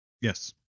Yes